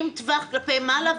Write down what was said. עם טווח כלפי מעלה,